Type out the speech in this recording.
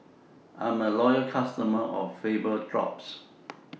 I'm A Loyal customer of Vapodrops